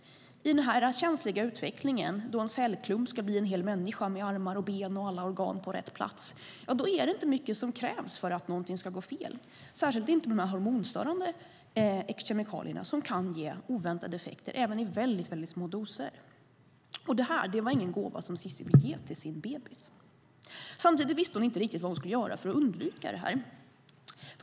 I den känsliga utvecklingen när en cellklump ska bli en hel människa med armar och ben och alla organ på rätt plats är det inte mycket som krävs för att någonting ska gå fel, särskilt inte med de hormonstörande kemikalierna som kan ge oväntade effekter även i väldigt små doser. Det här var ingen gåva Cissi ville ge till sin bebis. Samtidigt visste hon inte riktigt vad hon skulle göra för att undvika det här.